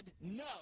no